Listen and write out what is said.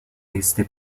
este